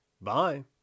Bye